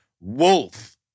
WOLF